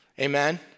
Amen